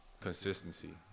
Consistency